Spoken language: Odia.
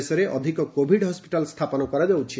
ଦେଶରେ ଅଧିକ କୋଭିଡ୍ ହସ୍କିଟାଲ୍ ସ୍ଥାପନ କରାଯାଉଛି